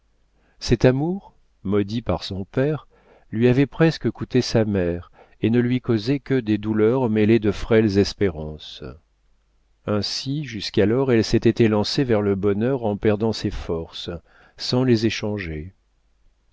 cet amour maudit par son père lui avait presque coûté sa mère et ne lui causait que des douleurs mêlées de frêles espérances ainsi jusqu'alors elle s'était élancée vers le bonheur en perdant ses forces sans les échanger